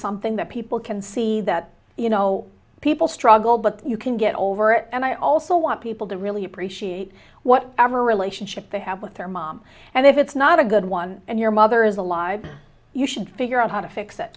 something that people can see that you know people struggle but you can get over it and i also want people to really appreciate whatever relationship they have with their mom and if it's not a good one and your mother is alive you should figure out how to fix